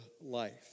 life